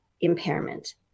impairment